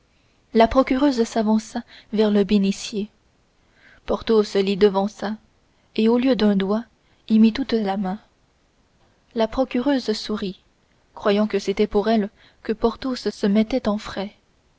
la procureuse s'avança vers le bénitier porthos l'y devança et au lieu d'un doigt y mit toute la main la procureuse sourit croyant que c'était pour elle que porthos se mettait en frais